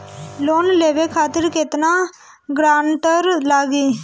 Loan लेवे खातिर केतना ग्रानटर लागी?